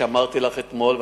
שאמרתי לך אתמול,